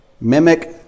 Mimic